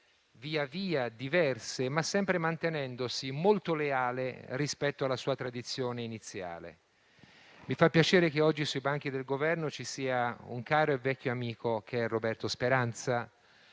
via via diverse, è rimasto sempre molto leale rispetto alla sua tradizione iniziale. Mi fa piacere che oggi tra i banchi del Governo sieda un caro e vecchio amico, Roberto Speranza,